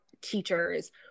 teachers